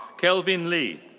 kelvin li.